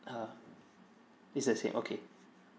ah it's the same okay